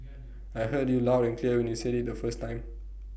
I heard you loud and clear when you said IT the first time